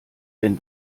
wenn